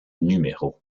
numéros